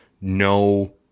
no